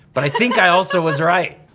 but i think i also was right.